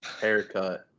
haircut